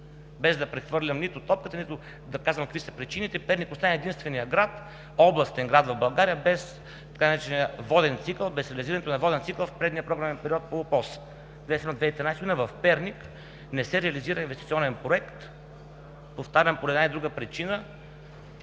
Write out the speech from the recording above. Без да прехвърлям нито топката, нито да казвам какви са причините, Перник остана единственият областен град в България без така наречения воден цикъл, без реализирането на воден цикъл в предния програмен период по Оперативна програма „Околна среда“. В Перник не се реализира инвестиционен проект, повтарям, по една или друга причина,